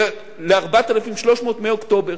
ול-4,300 מאוקטובר.